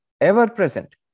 ever-present